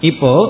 Ipo